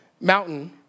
mountain